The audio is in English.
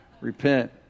repent